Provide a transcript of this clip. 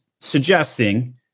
suggesting